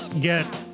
get